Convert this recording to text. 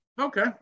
Okay